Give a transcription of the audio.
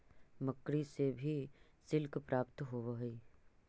मकड़ि से भी सिल्क प्राप्त होवऽ हई